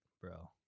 bro